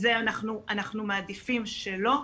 אנחנו מעדיפים שלא.